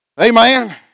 Amen